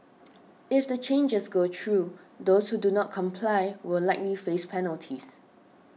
if the changes go through those who do not comply will likely face penalties